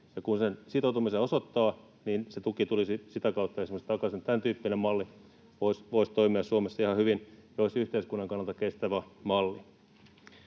kun sen sitoutumisen osoittaa, niin se tuki tulisi esimerkiksi sitä kautta takaisin. Tämän tyyppinen malli voisi toimia Suomessa ihan hyvin, ja se olisi yhteiskunnan kannalta kestävä malli.